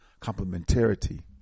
complementarity